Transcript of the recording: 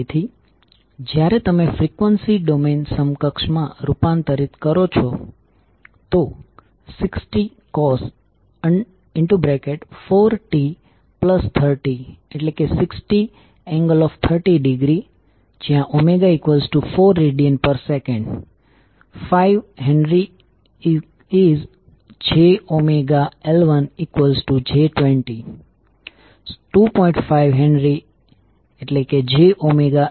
તેથી જ્યારે તમે ફ્રીક્વન્સી ડોમેન સમકક્ષ મા રૂપાંતરિત કરો છો તો 60 cos 4t30 ⇒60∠30°ω4rads 5HjωL1j20 2